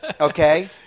Okay